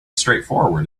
straightforward